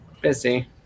busy